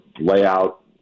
layout